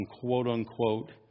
quote-unquote